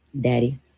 Daddy